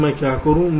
तो मैं क्या करूं